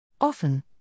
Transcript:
Often